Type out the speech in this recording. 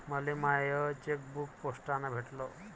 मले माय चेकबुक पोस्टानं भेटल